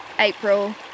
April